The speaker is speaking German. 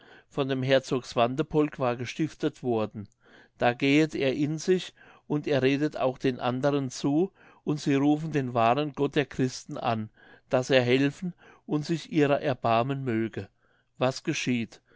von dem herzog swantepolk war gestiftet worden da gehet er in sich und er redet auch den andern zu und sie rufen den wahren gott der christen an daß er helfen und sich ihrer erbarmen möge was geschieht